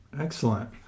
Excellent